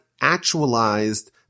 actualized